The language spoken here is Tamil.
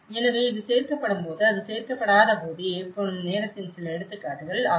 எனவே இது சேர்க்கப்படும்போது அது சேர்க்கப்படாத போது ஏற்படும் நேரத்தின் சில எடுத்துக்காட்டுகள் ஆகும்